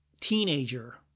teenager